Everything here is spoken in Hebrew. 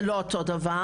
זה לא אותו דבר.